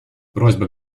просьба